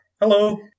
Hello